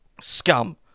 Scum